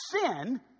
sin